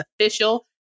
official